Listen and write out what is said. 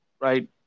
right